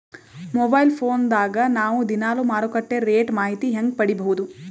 Mobile phone ದಾಗ ನಾವು ದಿನಾಲು ಮಾರುಕಟ್ಟೆ ರೇಟ್ ಮಾಹಿತಿ ಹೆಂಗ ಪಡಿಬಹುದು?